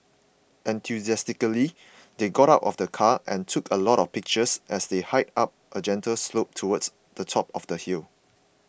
enthusiastically they got out of the car and took a lot of pictures as they hiked up a gentle slope towards the top of the hill